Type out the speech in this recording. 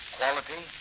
quality